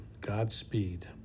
Godspeed